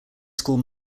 school